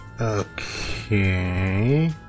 Okay